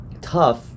tough